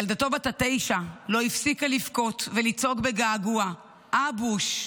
ילדתו בת התשע לא הפסיקה לבכות ולצעוק בגעגוע: אבוש,